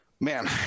Man